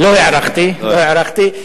לא הערכתי, לא הערכתי.